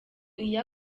iyo